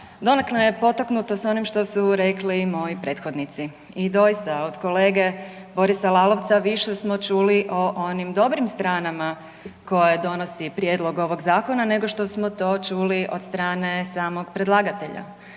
donekle je potaknut s onim što su rekli moji prethodnici. I doista od kolege Borisa Lalovca više smo čuli o onim dobrim stranama koje donosi prijedlog ovog zakona nego što smo to čuli od strane samog predlagatelja.